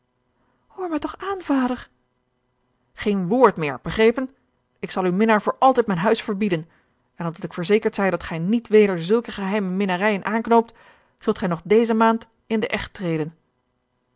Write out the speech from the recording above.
hoor mij toch aan vader geen woord meer begrepen ik zal uw minnaar voor altijd mijn huis verbieden en opdat ik verzekerd zij dat gij niet weder zulke geheime minnarijen aanknoopt zult gij nog deze maand in den echt treden